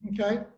Okay